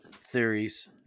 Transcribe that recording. theories